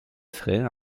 freins